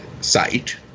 site